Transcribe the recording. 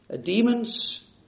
demons